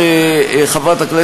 אני יכול לתת לך דוגמאות,